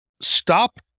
stop